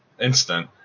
instant